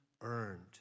earned